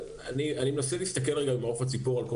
אני מנסה להסתכל רגע ממעוף הציפור על כל